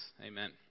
Amen